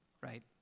right